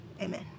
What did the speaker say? amen